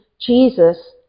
Jesus